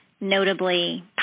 notably